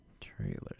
Trailers